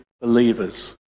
believers